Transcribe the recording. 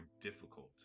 difficult